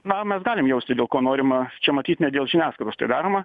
na mes galim jausti dėl ko norima čia matyt ne dėl žiniasklaidos tai daroma